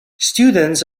students